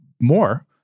more